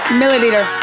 milliliter